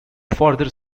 further